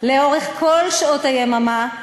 לאורך כל שעות היממה,